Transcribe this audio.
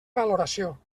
valoració